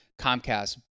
Comcast